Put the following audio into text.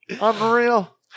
Unreal